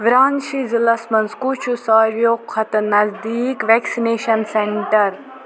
وِرانشی ضلعس مَنٛز کُس چھُ ساروِیو کھۅتہٕ نٔزدیٖک ویکسِنیٚشن سینٛٹر